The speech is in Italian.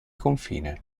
confine